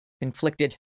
inflicted